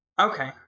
Okay